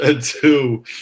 two